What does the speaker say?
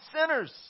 sinners